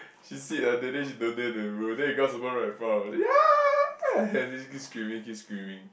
she sit at there then she don't dare to remember then the grasshopper right in front of her ya ya ya she keep screaming keep screaming